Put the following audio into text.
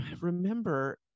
remember